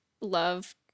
love